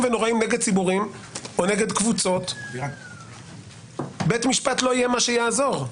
ונוראים נגד ציבורים או נגד קבוצות בית משפט לא יהיה מה שיעזור.